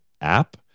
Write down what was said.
app